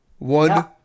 One